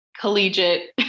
collegiate